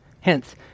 Hence